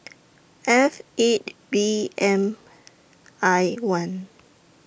F eight V M I one